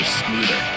smoother